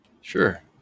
Sure